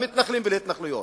למתנחלים ולהתנחלויות.